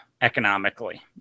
economically